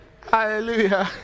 Hallelujah